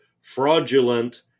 fraudulent